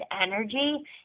energy